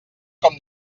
com